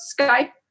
Skype